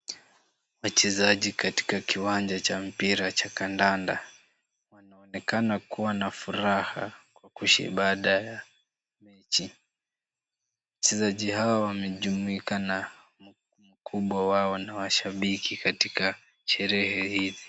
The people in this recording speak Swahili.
Wachezaji katika kiwanja cha mpira cha kandanda . Wanaonekana kuwa na furaha kushinda baada ya mechi. Wachezaji hawa wamejumuika na mkubwa wao ni shabiki katika sherehe hizi.